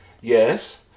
Yes